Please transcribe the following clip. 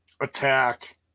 attack